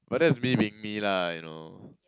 but that's me being me lah you know